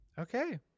okay